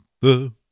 the-